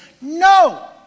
No